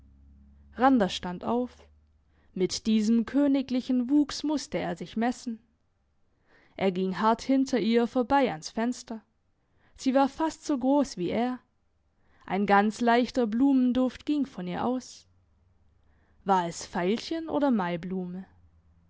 randers stand auf mit diesem königlichen wuchs musste er sich messen er ging hart hinter ihr vorbei ans fenster sie war fast so gross wie er ein ganz leichter blumenduft ging von ihr aus war es veilchen oder maiblume